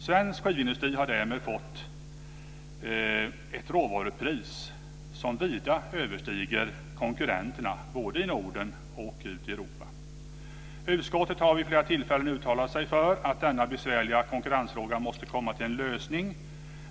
Svensk skivindustri har därmed fått ett råvarupris som vida överstiger konkurrenternas både i Norden och i Europa. Utskottet har vid flera tillfällen uttalat sig för att denna besvärliga konkurrensfråga måste komma till en lösning.